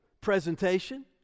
presentation